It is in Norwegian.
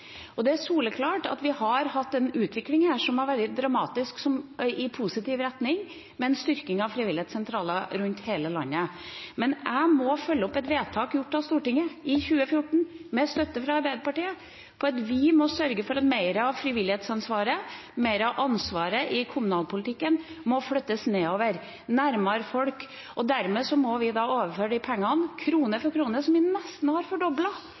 Det er soleklart at vi har hatt en utvikling som har vært dramatisk i positiv retning, med en styrking av frivilligsentralene rundt omkring i hele landet. Men jeg må følge opp vedtaket som ble gjort i Stortinget i 2014, med støtte fra Arbeiderpartiet, om at vi må sørge for at mer av frivillighetsansvaret og mer av ansvaret i kommunalpolitikken flyttes nedover, nærmere folk. Dermed må vi – krone for krone – overføre de pengene, som vi har nesten